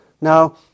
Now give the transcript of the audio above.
Now